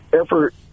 effort